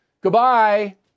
goodbye